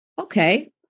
okay